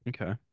Okay